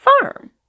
farm